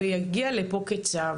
ויגיע לפה כצו.